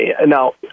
now